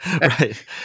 right